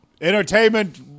Entertainment